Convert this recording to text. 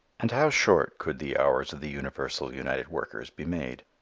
and how short could the hours of the universal united workers be made?